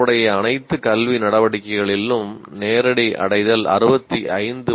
தொடர்புடைய அனைத்து கல்வி நடவடிக்கைகளிலும் நேரடி அடைதல் 65